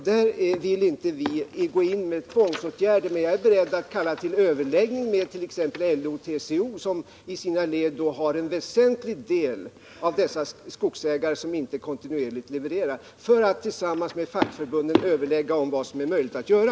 Där vill vi inte gå in med tvångsåtgärder, men jag är beredd att kalla till överläggningar med t.ex. LO och TCO, som i sina led har en väsentlig del av dessa skogsägare som inte levererar kontinuerligt, för att tillsammans med fackförbunden överlägga om vad som är möjligt att göra.